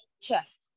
chest